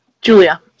Julia